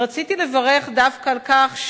רציתי לברך דווקא על כך,